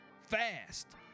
fast